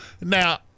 now